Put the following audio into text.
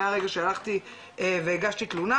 מרגע שהלכתי והגשתי תלונה,